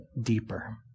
deeper